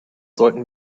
sollten